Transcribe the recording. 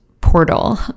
portal